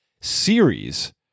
series